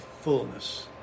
fullness